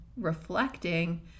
reflecting